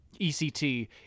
ECT